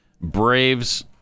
Braves